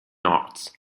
arts